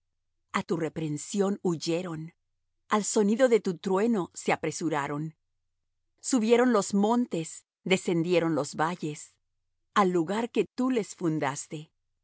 a tu reprensión huyeron al sonido de tu trueno se apresuraron subieron los montes descendieron los valles al lugar que tú les fundaste